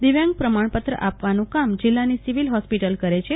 દિવ્યાંગ પ્રમાણપત્ર આપવાનું કામ જિલ્લાની સિવીલ હોસ્પિટલ કરે છે